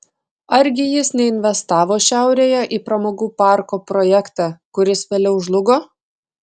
argi jis neinvestavo šiaurėje į pramogų parko projektą kuris vėliau žlugo